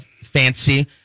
fancy